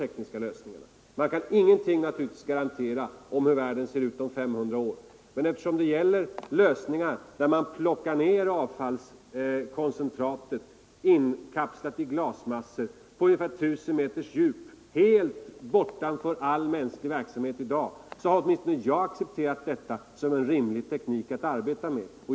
Man kan naturligtvis inte säga någonting med säkerhet om hur världen ser ut om 500 år, men eftersom tekniken går ut på att sänka ner avfallskoncentratet inkapslat i glasmassor till ungefär 1000 m djup, alltså helt utanför all mänsklig verksamhet i dag, har jag för min del accepterat metoden som en rimlig teknik att arbeta med.